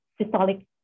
systolic